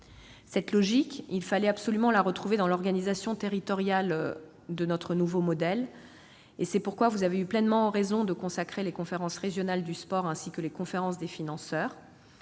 Cette logique, il fallait absolument la retrouver dans l'organisation territoriale de notre nouveau modèle. C'est pourquoi vous avez eu pleinement raison de consacrer les conférences régionales du sport ainsi que les conférences des financeurs.